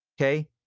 okay